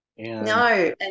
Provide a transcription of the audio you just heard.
No